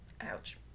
Ouch